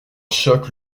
choc